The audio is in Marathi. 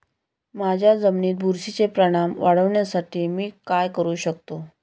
माझ्या जमिनीत बुरशीचे प्रमाण वाढवण्यासाठी मी काय करू शकतो?